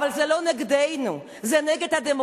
אבל זה לא נגדנו, זה נגד הדמוקרטיה.